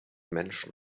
menschen